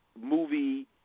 movie